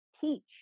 teach